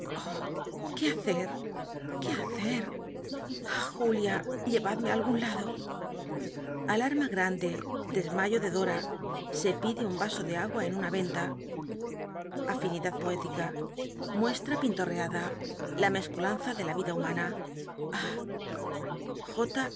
ué hacer quó hacer b julia llcyadme algun lado alarma grande desmayo de dora se pide un raso de agua en una yen la afinidad poética mucstm pinloncac la la mescolanza de la ida humana